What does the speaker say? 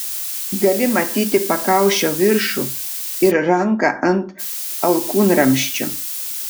gali matyti pakaušio viršų ir ranką ant alkūnramsčio